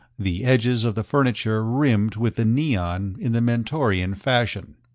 the edges of the furniture rimmed with neon in the mentorian fashion.